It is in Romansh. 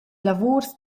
lavuors